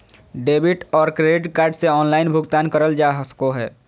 debit और credit card से online भुगतान करल जा सको हय